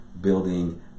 building